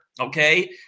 okay